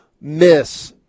Miss